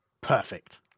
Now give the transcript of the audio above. Perfect